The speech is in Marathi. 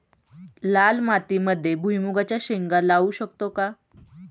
लाल मातीमध्ये भुईमुगाच्या शेंगा लावू शकतो का?